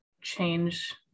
change